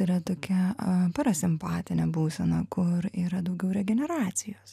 yra tokia a parasimpatinė būsena kur yra daugiau regeneracijos